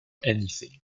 anything